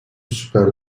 süper